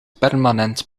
permanent